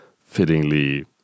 fittingly